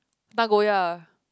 Nagoya